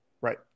Right